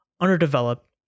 underdeveloped